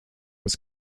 was